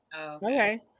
Okay